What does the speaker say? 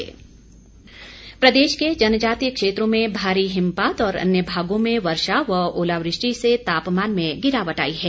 मौसम प्रदेश के जनजातीय क्षेत्रों में भारी हिमपात और अन्य भागों में वर्षा व ओलावृष्टि से तापमान में गिरावट आई है